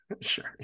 sure